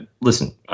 listen